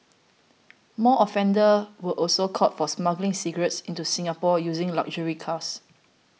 more offenders were also caught for smuggling cigarettes into Singapore using luxury cars